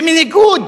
בניגוד